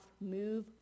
move